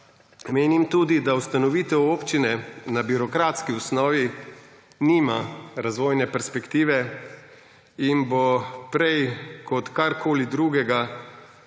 menim, da ustanovitev občine na birokratski osnovi nima razvojne perspektive in bo prej kot karkoli drugega